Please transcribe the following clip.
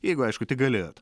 jeigu aišku tik galėjot